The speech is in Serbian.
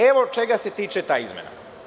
Evo čega se tiče ta izmena.